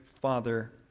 father